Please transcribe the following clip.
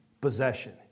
possession